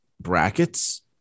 brackets